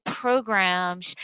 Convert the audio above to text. programs